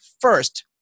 first